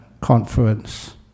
conference